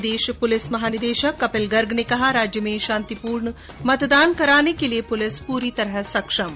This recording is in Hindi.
प्रदेश पुलिस महानिदेशक कपिल गर्ग ने कहा राज्य में शांतिपूर्ण मतदान कराने के लिये पुलिस पुरी तरह सक्षम है